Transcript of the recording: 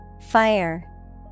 Fire